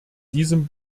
diesem